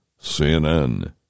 CNN